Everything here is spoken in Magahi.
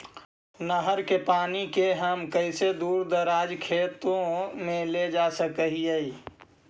नहर के पानी के हम कैसे दुर दराज के खेतों में ले जा सक हिय?